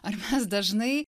ar mes dažnai